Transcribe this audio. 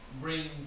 bring